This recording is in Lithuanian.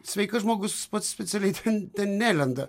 sveikas žmogus pats specialiai ten nelenda